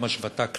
גם השבתה כללית,